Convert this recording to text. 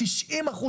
90%